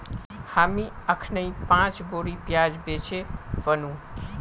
हामी अखनइ पांच बोरी प्याज बेचे व नु